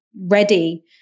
ready